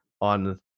on